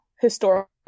historical